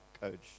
coach